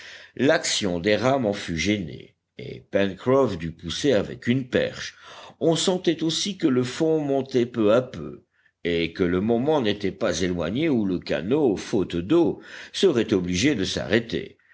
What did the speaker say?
l'action des rames en fut gênée et pencroff dut pousser avec une perche on sentait aussi que le fond montait peu à peu et que le moment n'était pas éloigné où le canot faute d'eau serait obligé de s'arrêter